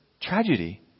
Tragedy